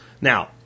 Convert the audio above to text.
Now